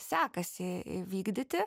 sekasi įvykdyti